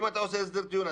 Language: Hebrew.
אם אתה עושה הסדר טיעון,